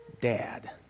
dad